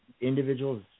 individuals